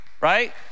Right